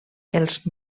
els